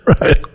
right